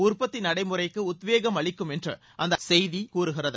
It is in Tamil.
உற்பத்தி நடைமுறைக்கு உத்வேகம் அளிக்கும் என்று அந்த செய்தி கூறுகிறது